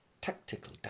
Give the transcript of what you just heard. Tactical